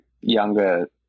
younger